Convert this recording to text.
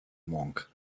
monk